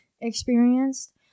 experienced